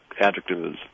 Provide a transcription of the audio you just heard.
Adjectives